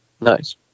Nice